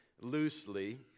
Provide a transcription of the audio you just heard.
loosely